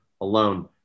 alone